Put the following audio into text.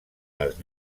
les